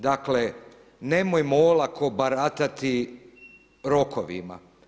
Dakle, nemojmo olako baratati rokovima.